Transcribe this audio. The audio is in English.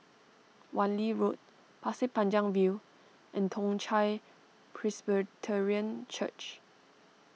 Wan Lee Road Pasir Panjang View and Toong Chai Presbyterian Church